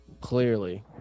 Clearly